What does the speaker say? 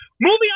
Moving